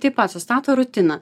taip pat sustato rutiną